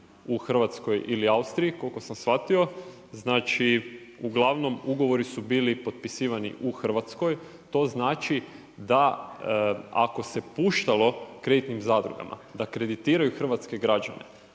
u Hrvatskoj ili Austriji koliko sam shvatio. Znači, uglavnom ugovori su bili potpisivani u Hrvatskoj. To znači da ako se puštalo kreditnim zadrugama da kreditiraju hrvatske građane,